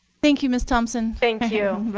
thank you, ms. thompson. thank you.